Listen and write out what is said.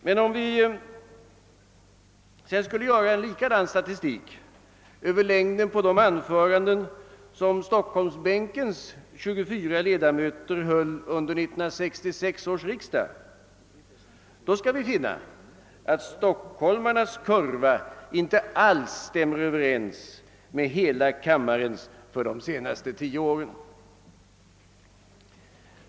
Men om vi sedan skulle göra en likadan statistik över längden på de anföranden som de 24 ledamöterna på stockholmsbänken höll under 1966 års riksdag skulle vi finna, att stockholmarnas kurva inte alls stämmer överens med hela kammarens för de senaste tio åren.